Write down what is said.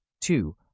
Two